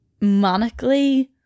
manically